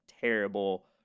terrible